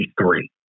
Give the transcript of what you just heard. three